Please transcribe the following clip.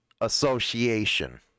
association